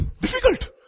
Difficult